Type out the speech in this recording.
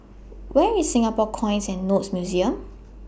Where IS Singapore Coins and Notes Museum